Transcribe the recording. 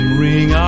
ring